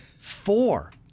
Four